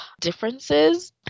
differences